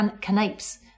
canapes